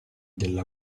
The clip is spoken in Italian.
della